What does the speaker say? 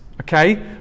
Okay